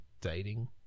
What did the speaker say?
dating